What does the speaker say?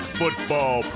football